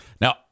Now